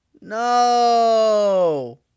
no